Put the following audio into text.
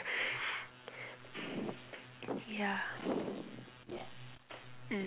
ya mm